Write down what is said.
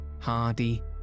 hardy